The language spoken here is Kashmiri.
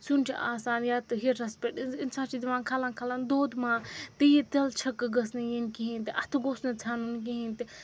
سیُن چھُ آسان یَتھ ہیٖٹرَس پٮ۪ٹھ اِنسان چھِ دِوان کھَلَن کھَلن دوٚد ما تی تِلہٕ چھِکہٕ گٔژھ نہٕ یِنۍ کِہیٖنۍ تہِ اَتھٕ گوٚژھ نہٕ ژھٮ۪نُن کِہیٖنۍ تہِ